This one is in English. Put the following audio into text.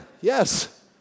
Yes